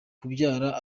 kubyara